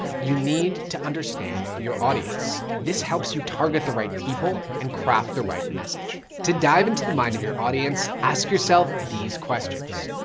you need to understand your audience. this helps you target the right people and craft the right message. to dive into the mind of your audience, ask yourself these questions.